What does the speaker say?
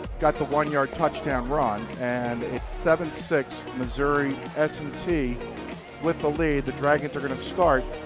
got the one yard touchdown run and its seven six, missouri s and t with the lead. the dragons are going to start